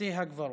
בתי הקברות.